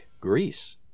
Greece